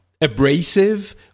abrasive